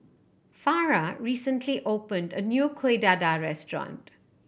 Farrah recently opened a new Kueh Dadar restaurant